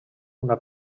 una